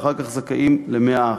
ואחר כך זכאים ל-100%.